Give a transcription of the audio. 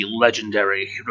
legendary